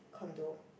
condo